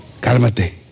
cálmate